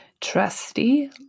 trusty